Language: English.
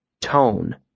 Tone